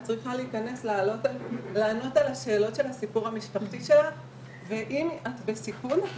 ח מכון אחד מתוך רבים בארץ שלוח את המחלה הזאת ומאפשר